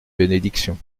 bénédiction